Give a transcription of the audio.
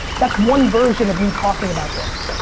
that's one version of me talking about this.